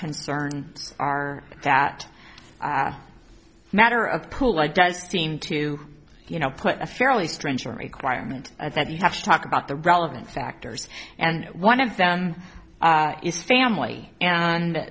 concerns are that matter of pool it does seem to you know put a fairly stringent requirement that you have to talk about the relevant factors and one of them is family and